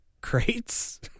crates